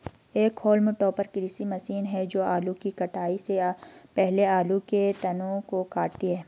एक haulm topper कृषि machine है जो आलू की कटाई से पहले आलू के तनों को काटती है